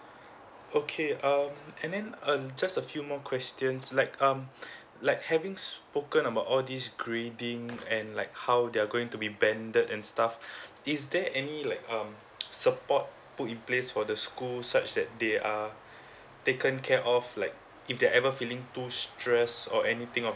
oh okay um and then err just a few more questions like um like having spoken about all this grading and like how they are going to be banded and stuff is there any like um support put in place for the school such that they are taken care of like if there ever feeling too stress or anything of